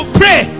pray